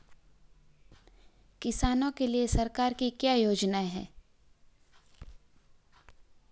किसानों के लिए सरकार की क्या योजनाएं हैं?